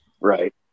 Right